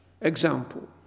example